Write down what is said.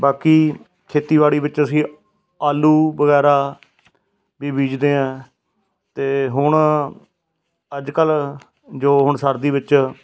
ਬਾਕੀ ਖੇਤੀਬਾੜੀ ਵਿੱਚ ਅਸੀਂ ਆਲੂ ਵਗੈਰਾ ਵੀ ਬੀਜਦੇ ਐਂ ਅਤੇ ਹੁਣ ਅੱਜ ਕੱਲ੍ਹ ਜੋ ਹੁਣ ਸਰਦੀ ਵਿੱਚ